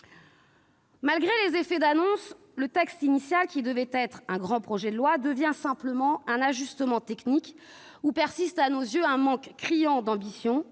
Malgré les effets d'annonce, le texte initial qui devait être un grand projet de loi devient un simple ajustement technique où persiste à nos yeux un manque criant d'ambition.